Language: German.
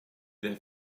der